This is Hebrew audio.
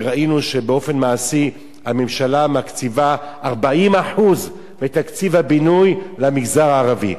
וראינו שבאופן מעשי הממשלה מקציבה 40% מתקציב הבינוי למגזר הערבי.